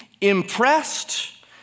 impressed